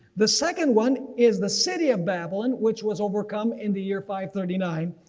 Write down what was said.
the second one is the city of babylon which was overcome in the year five thirty nine,